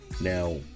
Now